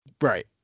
Right